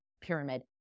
pyramid